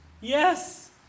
yes